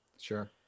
Sure